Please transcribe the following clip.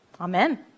Amen